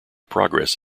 progress